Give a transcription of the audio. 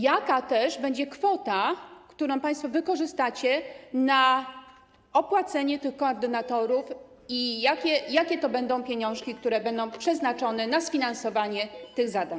Jaka też będzie kwota, którą państwo wykorzystacie na opłacenie tych koordynatorów, i jakie to będą pieniążki, które zostaną przeznaczone na sfinansowanie tych zadań?